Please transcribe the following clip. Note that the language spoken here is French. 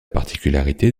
particularité